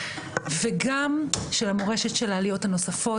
וגם של המורשת של העליות הנוספות.